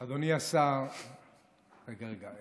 אדוני השר, רגע, רגע,